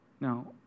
Now